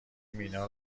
مینا